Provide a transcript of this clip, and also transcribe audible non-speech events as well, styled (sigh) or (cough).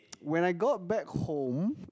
(noise) when I got back home